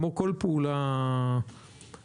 גם את המשרדים שלהם הם יצטרכו לסגור.